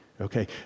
Okay